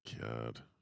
God